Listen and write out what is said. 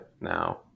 now